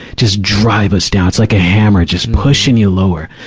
just drive us down. it's like a hammer, just pushing you lower.